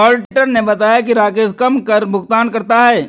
auditor ने बताया कि राकेश कम कर भुगतान करता है